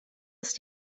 ist